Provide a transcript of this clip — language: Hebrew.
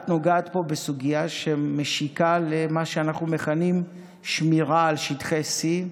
את נוגעת פה בסוגיה שמשיקה למה שאנחנו מכנים: שמירה על שטחיC .